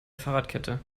fahrradkette